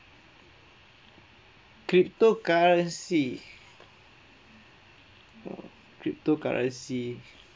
cryptocurrency cryptocurrency